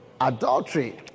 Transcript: adultery